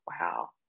wow